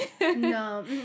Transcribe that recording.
No